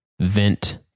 vent